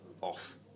off